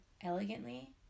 elegantly